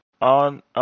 On